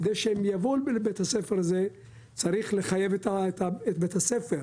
כדי שהם יבואו לבית הספר הזה צריך לחייב את בית הספר.